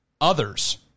others